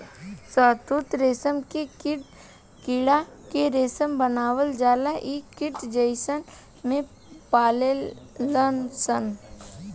शहतूत रेशम के कीड़ा से रेशम बनावल जाला इ कीट चाइना में पलाले सन